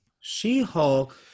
She-Hulk